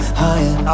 higher